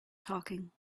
talking